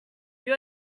you